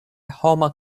homa